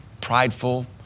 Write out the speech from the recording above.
prideful